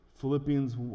Philippians